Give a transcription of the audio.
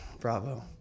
Bravo